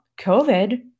COVID